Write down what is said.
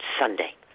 Sunday